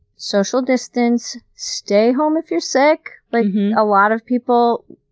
social distance, stay home if you're sick. but a lot of people,